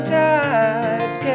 tides